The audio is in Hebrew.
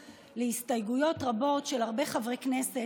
להסתייגויות רבות של הרבה חברי כנסת,